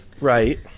right